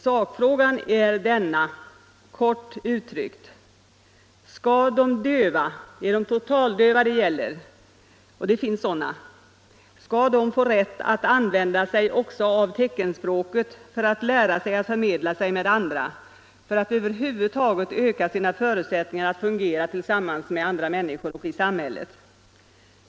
Sakfrågan är kort uttryckt denna: Skall de döva — det är de totaldöva det gäller och det finns sådana — få rätt att använda sig också av teckenspråket för att kunna meddela sig med andra, för att över huvud taget öka sina förutsättningar att fungera tillsammans med andra människor och i samhället?